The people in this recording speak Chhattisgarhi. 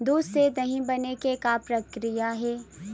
दूध से दही बने के का प्रक्रिया हे?